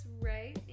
right